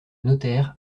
notaire